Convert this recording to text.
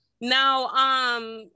Now